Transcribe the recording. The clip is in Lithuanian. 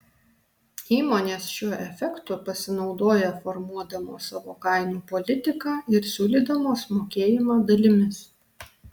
įmonės šiuo efektu pasinaudoja formuodamos savo kainų politiką ir siūlydamos mokėjimą dalimis